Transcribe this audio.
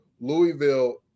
Louisville